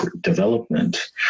development